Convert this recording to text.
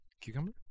Cucumber